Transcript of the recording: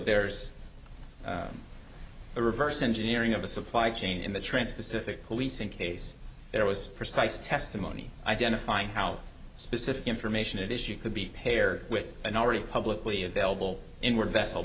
there's the reverse engineering of the supply chain in the transpacific policing case there was precise testimony identifying how specific information at issue could be paired with an already publicly available in were vessel